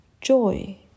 Joy